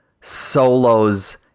solos